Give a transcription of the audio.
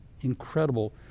incredible